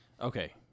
Okay